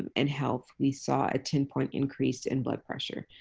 and health, we saw a ten point increase in blood pressure.